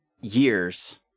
years